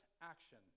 action